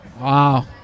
Wow